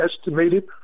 estimated